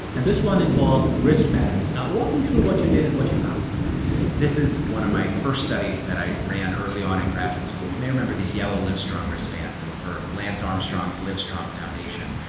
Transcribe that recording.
and this one involved wristbands. walk me through what you did and what you found this is one of my first studies that i ran early on in graduate school. you may remember these yellow live strong wrist bands. they were for lance armstrong's live strong foundation.